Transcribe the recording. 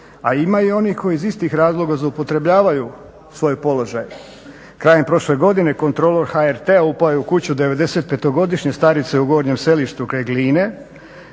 a ima i onih koji iz istih razloga zloupotrebljavaju svoj položaj. Krajem prošle godine kontrolor HRT-a upao je u kuću 95 godišnje starice u Gornjem Selištu kraj Gline,